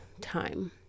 time